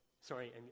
sorry